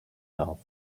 love